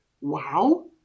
wow